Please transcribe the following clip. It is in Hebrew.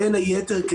בין היתר,